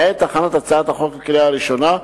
בעת הכנת הצעת החוק לקריאה הראשונה,